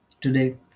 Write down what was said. Today